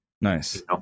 Nice